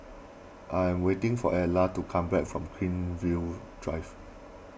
I am waiting for Edla to come back from Greenfield Drive